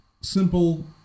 simple